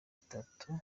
itatu